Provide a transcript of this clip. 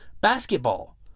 Basketball